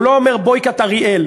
הוא לא אומר boycott אריאל.